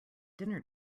dinner